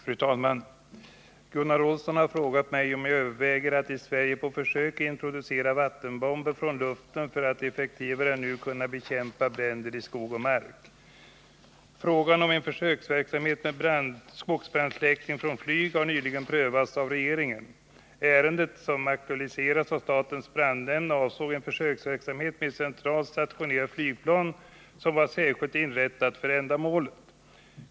Fru talman! Gunnar Olsson har frågat mig om jag överväger att i Sverige på försök introducera vattenbomber från luften för att effektivare än nu kunna bekämpa bränder i skog och mark. Frågan om en försöksverksamhet med skogsbrandsläckning från flyg har nyligen prövats av regeringen. Ärendet, som aktualiserats av statens brandnämnd, avsåg en försöksverksamhet med ett centralt stationerat flygplan som var särskilt inrättat för ändamålet.